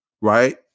right